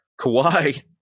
Kawhi